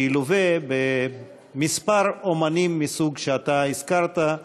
שילווה בכמה אמנים מהסוג שאתה הזכרת,